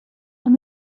and